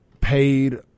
paid